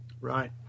Right